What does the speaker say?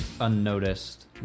unnoticed